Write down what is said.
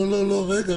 רגע,